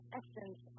essence